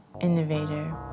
Innovator